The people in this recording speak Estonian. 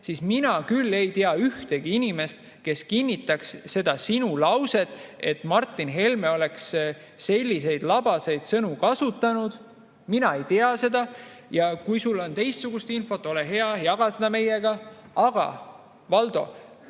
no mina küll ei tea ühtegi inimest, kes kinnitaks seda sinu lauset, et Martin Helme oleks selliseid labaseid sõnu kasutanud. Mina ei tea seda. Kui sul on teistsugust infot, ole hea, jaga seda meiega. Aga, Valdo,